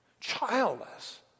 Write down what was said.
Childless